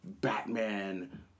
Batman